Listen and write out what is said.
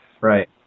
Right